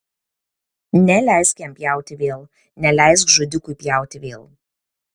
neleisk jam pjauti vėl neleisk žudikui pjauti vėl